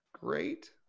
great